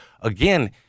again